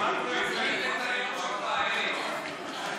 תודה רבה, אדוני.